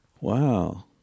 Wow